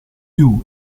you